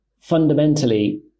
fundamentally